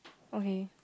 okay